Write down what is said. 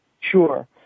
Sure